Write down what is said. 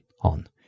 on